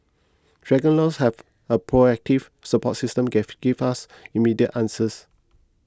dragon Laws has a proactive support system give gives us immediate answers